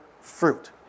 fruit